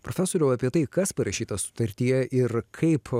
profesoriau apie tai kas parašyta sutartyje ir kaip